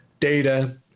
data